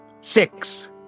Six